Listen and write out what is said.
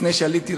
לפני שעליתי,